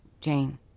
Jane